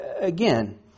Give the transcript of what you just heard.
again